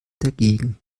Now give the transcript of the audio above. dagegen